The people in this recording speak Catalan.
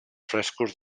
frescos